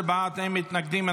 11 בעד, אין מתנגדים.